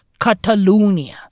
Catalonia